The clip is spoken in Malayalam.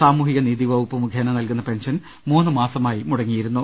സാമൂഹ്യനീതി വകുപ്പ് മുഖേന നൽകുന്ന പെൻഷൻ മൂന്നു മാസമായി മുടങ്ങിയിരുന്നു